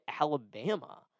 Alabama